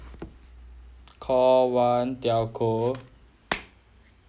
call one telco